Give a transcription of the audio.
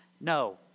No